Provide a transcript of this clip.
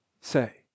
say